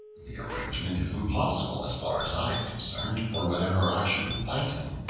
the arrangement is impossible as far as i am concerned, for whatever i should whiten,